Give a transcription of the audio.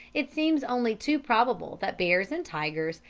it seems only too probable that bears and tigers,